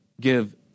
give